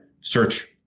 search